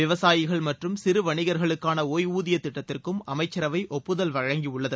விவசாயிகள் மற்றும் சிறு வணிகர்களுக்கான ஒய்வூதிய திட்டத்திற்கும் அமைச்சரவை ஒப்புதல் வழங்கியுள்ளது